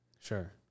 sure